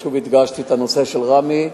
ושוב הדגשתי את הנושא של ראמה,